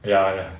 ya ya